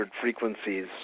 frequencies